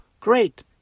Great